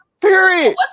Period